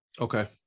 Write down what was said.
Okay